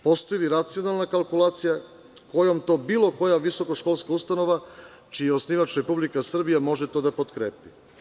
Postoji li racionalna kalkulacija kojom to bilo koja visokoškolska ustanova čiji je osnivač Republika Srbija može to da potkrepi?